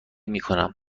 میکنم